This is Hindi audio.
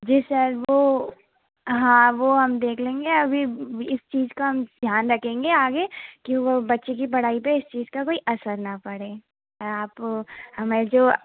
जी सर वो हाँ वो हम देख लेंगे अभी इस चीज़ का हम ध्यान रखेंगे आगे कि वो बच्चे कि पढ़ाई पर इस चीज़ का कोई असर ना पड़े आप को हमारी जो